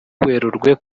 werurwe